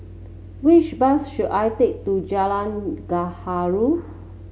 which bus should I take to Jalan Gaharu